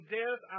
death